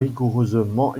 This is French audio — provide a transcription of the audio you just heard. rigoureusement